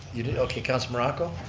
you did, okay, councilor morocco.